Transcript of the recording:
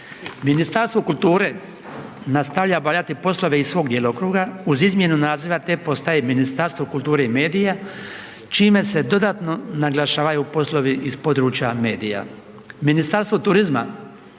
Ministarstvo kulture nastavlja obavljati poslove iz svog djelokruga uz izmjenu naziva, te postaje Ministarstvo kulture i medija, čime se dodatno naglašavaju poslovi iz područja medija.